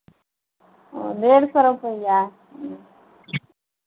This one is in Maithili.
ओऽ डेढ़ सए रुपैआ